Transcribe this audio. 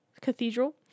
Cathedral